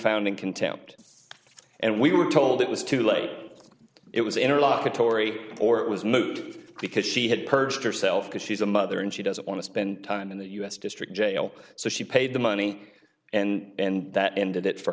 found in contempt and we were told it was too late it was in her last kotori or it was moot because she had purged herself because she's a mother and she doesn't want to spend time in the us district jail so she paid the money and that ended it for